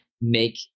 make